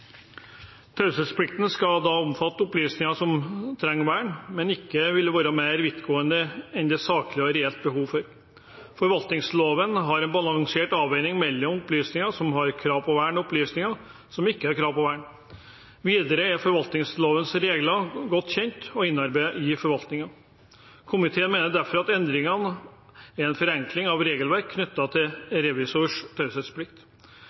Taushetsplikten skal omfatte opplysninger som trenger vern, men den skal ikke være mer vidtgående enn det er et saklig og reelt behov for. Forvaltningsloven har en balansert avveining mellom opplysninger som har krav på vern, og opplysninger som ikke har krav på vern. Videre er forvaltningslovens regler godt kjent og innarbeidet i forvaltningen. Komiteen mener derfor at endringen er en forenkling av